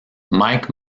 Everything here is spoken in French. mike